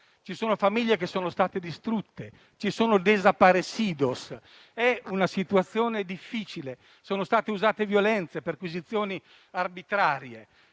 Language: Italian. Ci sono famiglie distrutte e *desaparecido*. È una situazione difficile: sono state usate violenze e perquisizioni arbitrarie.